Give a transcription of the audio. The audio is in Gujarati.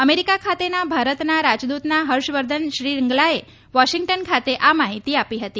અમેરિક ખાતેના ભારતના રાજદૂતના હર્ષ વર્ધન શ્રીંગલાએ વોશિંગ્ટન ખાતે આ માહિતી આપી હતી